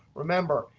remember,